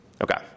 Okay